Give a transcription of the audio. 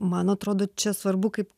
man atrodo čia svarbu kaip